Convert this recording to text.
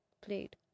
played